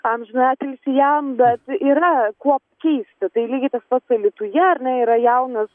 amžiną atilsį jam bet yra kuo keisti tai lygiai tas pats alytuje ar ne yra jaunas